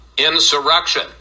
Insurrection